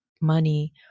money